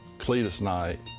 cletus knight,